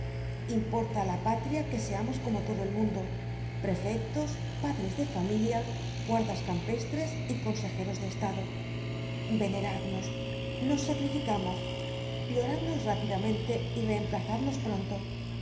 importa á la patria que seamos como todo el mundo prefectos padres de familia guardas campestres y consejeros de estado veneradnos nos sacrificamos lloradnos rápidamente y reemplazadnos pronto